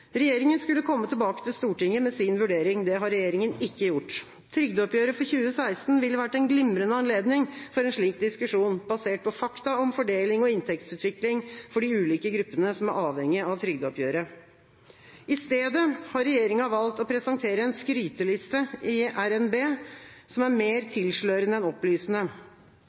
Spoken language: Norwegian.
Regjeringa skulle komme tilbake til Stortinget med sin vurdering. Det har regjeringa ikke gjort. Trygdeoppgjøret for 2016 ville vært en glimrende anledning for en slik diskusjon, basert på fakta om fordeling og inntektsutvikling for de ulike gruppene som er avhengig av trygdeoppgjøret. I stedet har regjeringa valgt å presentere en skryteliste i RNB som er mer tilslørende enn opplysende.